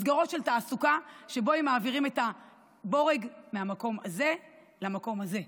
מסגרות של תעסוקה שבהן הם מעבירים את הבורג מהמקום הזה למקום הזה,